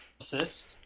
Assist